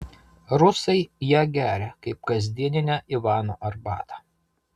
rusai ją geria kaip kasdieninę ivano arbatą